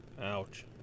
Ouch